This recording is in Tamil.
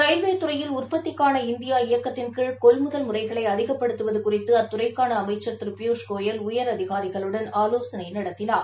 ரயில்வே துறையில் உற்பத்திக்கான இந்தியா இயக்கத்தின்கீழ் கொள்முதல் முறைகளை அதிகப்படுத்துவது குறித்து அத்துறைக்கான அமைச்சர் திரு பியூஷ் கோயல் உயரதிகாரிகளுடன் ஆலோசனை நடத்தினார்